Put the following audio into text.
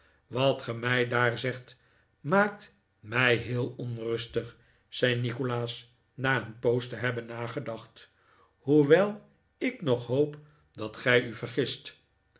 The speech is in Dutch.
wat ge mij daar zegt maakt mij heel onrustig zei nikolaas na een poos te hebben nagedacht hoewel ik nog hoop dat gij u vergist